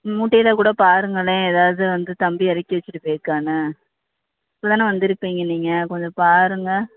மூட்டையில் கூட பாருங்களேன் எதாவது வந்து தம்பி இறக்கி வச்சுட்டு போயிருக்கான்னு இப்போ தானே வந்திருப்பீங்க நீங்கள் கொஞ்சம் பாருங்க